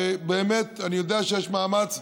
ובאמת, אני יודע שיש מאמץ.